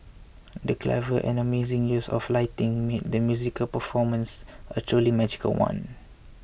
the clever and amazing use of lighting made the musical performance a truly magical one